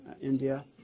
India